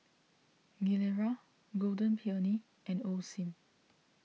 Gilera Golden Peony and Osim